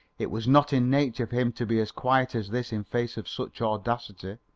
it was not in nature for him to be as quiet as this in face of such audacity.